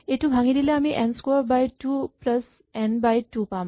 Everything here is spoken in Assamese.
এইটো ভাঙি দিলে আমি n square by two plus n by two পাম